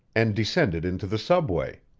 and descended into the subway.